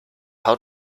haut